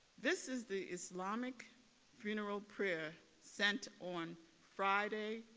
this is the islamic funeral prayer sent on friday,